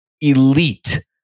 elite